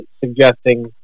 suggesting